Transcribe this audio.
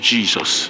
Jesus